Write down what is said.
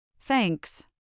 Thanks